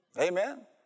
Amen